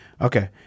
okay